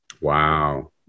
Wow